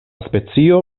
specio